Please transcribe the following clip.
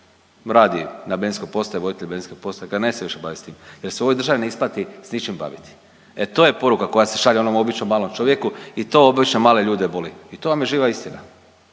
Radi na benzinskoj postaji, voditelj benzinske postaje, kaže neću se više bavit s tim. Jer se u ovoj državi ne isplati s ničim baviti. E to je poruka koja se šalje onom običnom malom čovjeku i to obične male ljude boli. I to vam je živa istina.